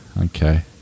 Okay